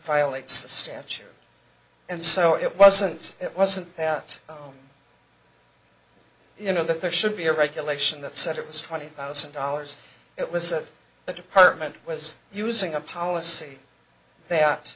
violates the statue and so it wasn't it wasn't that you know that there should be a regulation that said it was twenty thousand dollars it was a the department was using a policy th